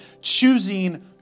choosing